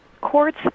Courts